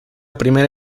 primera